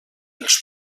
els